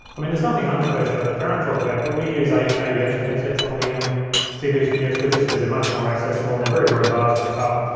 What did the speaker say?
i mean, there's nothing unprofessional about the current talkback, but we use aviation headsets on the um tv studio switchers, cause they're much more accessible and they're very robust and tough.